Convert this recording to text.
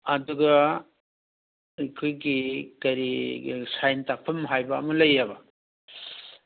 ꯑꯗꯨꯒ ꯑꯩꯈꯣꯏꯒꯤ ꯀꯔꯤꯒꯤ ꯁꯥꯏꯟ ꯇꯥꯛꯐꯝ ꯍꯥꯏꯕ ꯑꯃ ꯂꯩꯌꯦꯕ